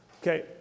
Okay